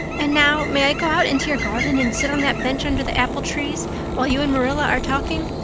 and now may i go out into your garden and sit on that bench under the apple-trees while you and marilla are talking?